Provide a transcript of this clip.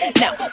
now